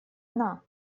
она